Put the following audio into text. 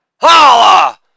Holla